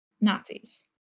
Nazis